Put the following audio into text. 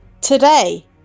today